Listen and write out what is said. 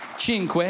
Cinque